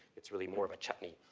it's really more of a chutney.